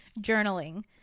journaling